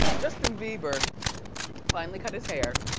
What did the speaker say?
justin bieber finally cut his hair.